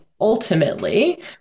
ultimately